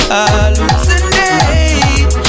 hallucinate